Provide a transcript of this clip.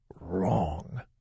wrong